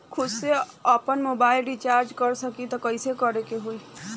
खुद से आपनमोबाइल रीचार्ज कर सकिले त कइसे करे के होई?